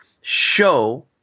show